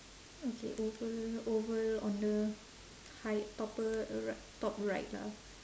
okay oval oval on the high top r~ top right lah